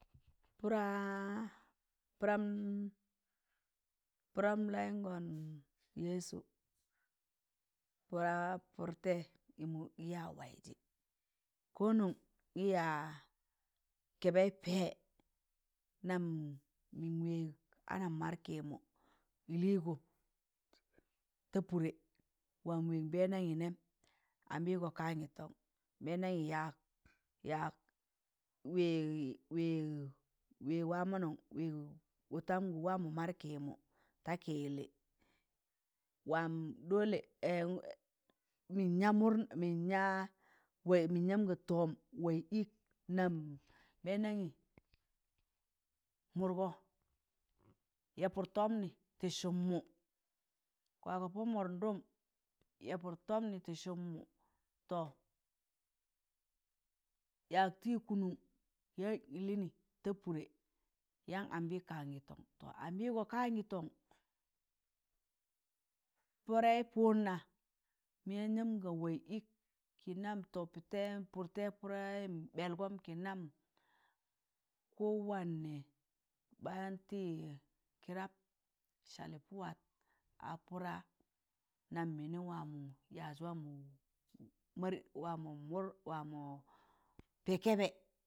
Pụra- pụram- puram layụngọn yesu pụra pụrtẹị ị mụ gị ya waịzị konon ị yaa kẹẹbẹị pẹẹ nam mịn wẹẹg ana mad kịmụ ịlịgọ ta pụụrẹ waam wẹẹg nbẹndamị nẹm, ambịgọ kaan kịtọn nbẹndamị ya yag wẹẹ- wẹẹg wẹẹg wa mọnọn wẹẹg utamgu waamo maad kịmụ ta kịyịllị wam ɗole mịn ya murna mịn yam ga tọm waịz ịk nam mẹmdamị mụdgọ yẹẹpụt tọmnị tị sụm mu,̣ kwakọ pọ mụdụn ɗụm yẹẹpụt tọm nị tị sụm mụ, to yaag tịị kụụnụṇ yaan ịlịnị ta pụụrẹ, yaan ambị kaṇgịtọn to ambigo kangiton pụdẹị pụdna mịn yan yaam ga waịz ịk kịnan pụdtẹị pụdẹịm ɓ̣ẹlgọm kịnam kowanne ɓaan tịd kịrap salị pụwa a pụra nam mịnị waa mọ pẹẹ kẹẹbẹ.